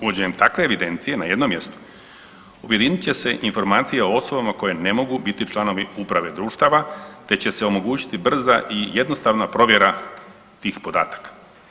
Uvođenjem takve evidencije na jednom mjestu objedinit će se informacije o osobama koje ne mogu biti članovi uprave društava te će se omogućiti brza i jednostavna provjera tih podatka.